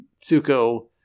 Tsuko